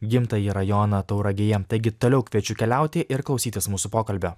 gimtąjį rajoną tauragėje taigi toliau kviečiu keliauti ir klausytis mūsų pokalbio